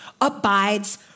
abides